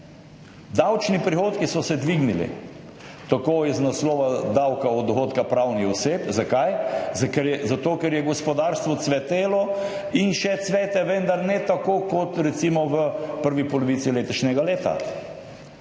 Davčni prihodki so se dvignili. Tako iz naslova davka od dohodka pravnih oseb – zakaj? Zato ker je gospodarstvo cvetelo in še cveti, vendar ne tako kot recimo v prvi polovici letošnjega leta.